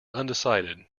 undecided